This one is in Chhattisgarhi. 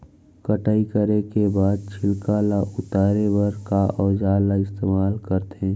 कटाई करे के बाद छिलका ल उतारे बर का औजार ल इस्तेमाल करथे?